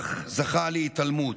אך זכה להתעלמות.